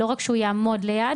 לא רק שהוא יעמוד ליד,